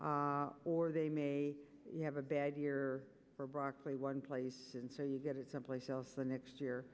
or they may have a bad year for broccoli one place and so you get it someplace else the next year